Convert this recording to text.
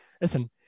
Listen